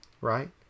right